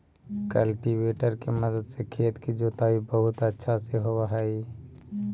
cultivator के मदद से खेत के जोताई बहुत अच्छा से होवऽ हई